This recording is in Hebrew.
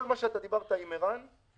כל מה שדיברת עם ערן יעקב